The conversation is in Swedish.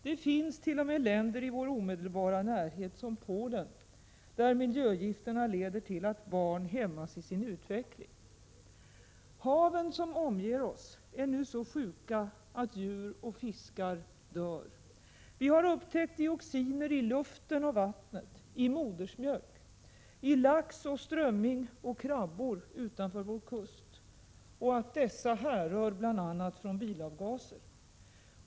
Det finns t.o.m. länder i vår omedelbara närhet, som Polen, där miljögifterna leder till att barn hämmas i sin utveckling. Haven som omger oss är nu så sjuka att djur och fiskar dör. Vi har upptäckt dioxiner i luften och vattnet, i modersmjölk, i lax, strömming och krabbor utanför vår kust — och att dessa härrör bl.a. från bilavgaser.